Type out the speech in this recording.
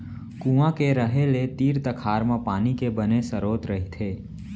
कुँआ के रहें ले तीर तखार म पानी के बने सरोत रहिथे